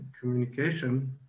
communication